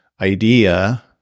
idea